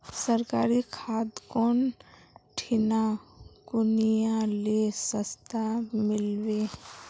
सरकारी खाद कौन ठिना कुनियाँ ले सस्ता मीलवे?